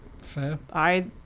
Fair